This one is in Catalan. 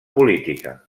política